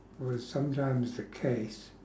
or was sometimes the case